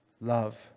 love